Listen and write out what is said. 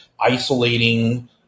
isolating